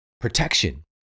protection